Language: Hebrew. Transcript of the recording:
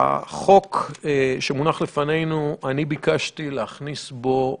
החוק שמונח לפנינו אני ביקשתי להכניס בו